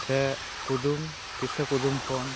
ᱥᱮ ᱠᱩᱫᱩᱢ ᱠᱤᱥᱟᱹᱼᱠᱩᱫᱩᱢ ᱠᱷᱚᱱ